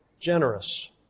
generous